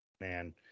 Man